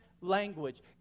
language